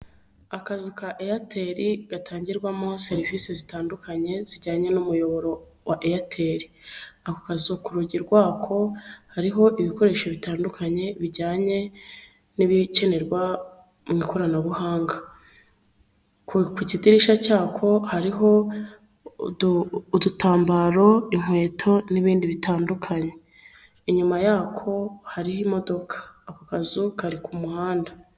Akazu ka Eyateli gatangirwamo serivisi zitandukanye zijyanye n'umuyoboro wa Eyateli, ako kazu ku rugi rwako hariho ibikoresho bitandukanye bijyanye n'ibikenerwa mu ikoranabuhanga, ku ku kidirishya cyako hariho udutambaro, inkweto n'ibindi bitandukanye, inyuma yako hariho imodoka, ako kazu kari ku muhanda.